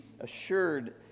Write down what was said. assured